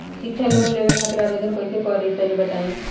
शिक्षा लोन लेवे खातिर आवेदन कइसे करि तनि बताई?